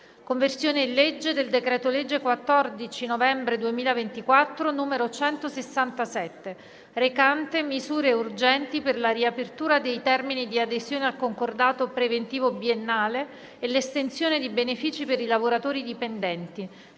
«Conversione in legge del decreto-legge 14 novembre 2024, n. 167, recante misure urgenti per la riapertura dei termini di adesione al concordato preventivo biennale e l'estensione di benefici per i lavoratori dipendenti,